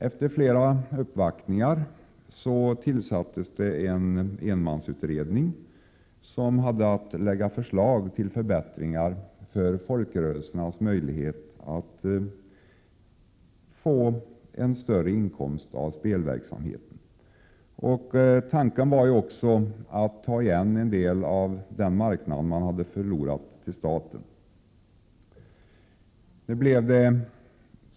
Efter flera uppvaktningar tillsattes en enmansutredning, som hade i uppdrag att framlägga förslag till förbättringar av folkrörelsernas möjligheter att få inkomster av spelverksamhet. Tanken var också att ta igen en del av den marknad som folkrörelserna hade förlorat till staten.